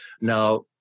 now